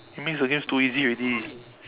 it makes the games too easy already